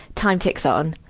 time ticks on.